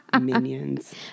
Minions